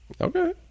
Okay